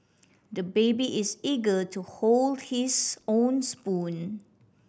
the baby is eager to hold his own spoon